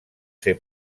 ser